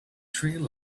trail